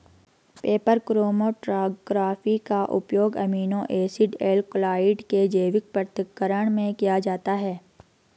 paper chromatography का उपयोग amino acid alkaloid के जैविक पृथक्करण में किया जाता है